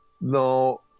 No